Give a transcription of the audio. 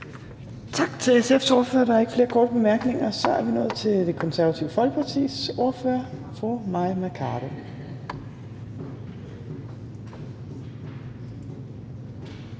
Tak til SF's ordfører. Der er ikke flere korte bemærkninger. Så er vi nået til Det Konservative Folkepartis ordfører, fru Mai Mercado.